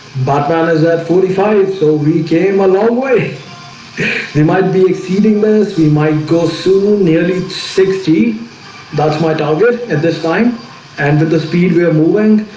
batman is at forty five and so we came a long way they might be exceeding maths. we might go soon nearly sixty that's my target at this time and but the speed we have movement.